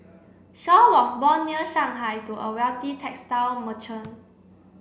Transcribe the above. Shaw was born near Shanghai to a wealthy textile merchant